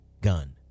gun